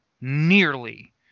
nearly